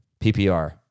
PPR